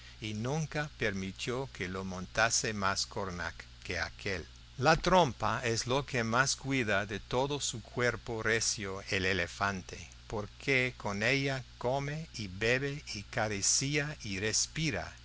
y nunca permitió que lo montase más cornac que aquél la trompa es lo que más cuida de todo su cuerpo recio el elefante porque con ella come y bebe y acaricia y respira